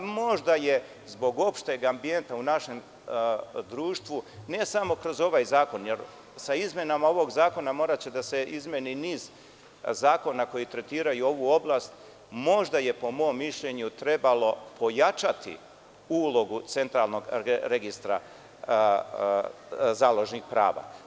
Možda je zbog opšteg ambijenta u našem društvu ne samo kroz ovaj zakon, jer sa izmenama ovog zakona moraće da se izmeni niz zakona koji tretiraju ovu oblast, možda je po mom mišljenju trebalo pojačati ulogu centralnog registra založnih prava.